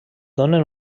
donen